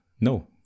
No